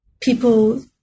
people